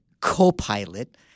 co-pilot